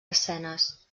escenes